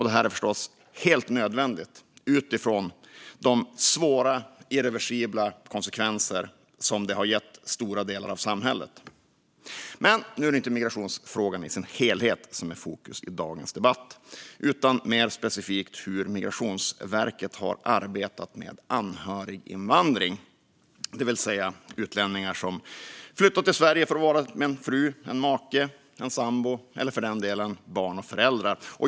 Detta är förstås helt nödvändigt utifrån de svåra irreversibla konsekvenser som det har medfört för stora delar av samhället. Men nu är det inte migrationsfrågan i sin helhet som är fokus i dagens debatt utan mer specifikt hur Migrationsverket har arbetat med anhöriginvandring. Det handlar alltså om utlänningar som flyttar till Sverige för att vara med en fru, en make, en sambo, eller för den delen barn och föräldrar.